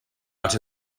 out